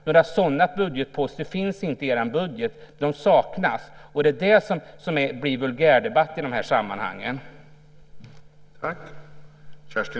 Några sådana budgetposter finns inte i er budget. De saknas. Det är det som blir vulgärdebatt i de här sammanhangen.